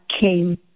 came